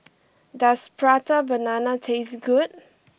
does Prata Banana taste good